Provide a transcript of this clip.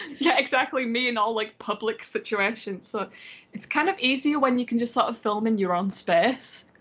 yeah exactly, me in all like public situations. so it's kind of easier when you can just sort of film in your own space.